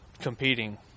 competing